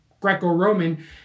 Greco-Roman